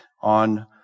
on